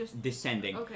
descending